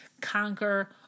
conquer